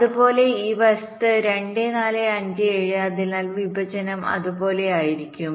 അതുപോലെ ഈ വശത്ത് 2 4 5 7 അതിനാൽ വിഭജനം ഇതുപോലെ ആയിരിക്കും